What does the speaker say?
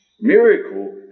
Miracle